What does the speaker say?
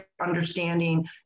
understanding